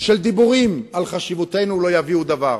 של דיבורים על חשיבותנו לא יביאו דבר.